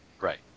Right